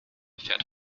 fährt